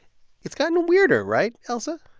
it's gotten weirder, right, ailsa?